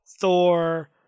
Thor